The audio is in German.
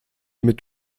mit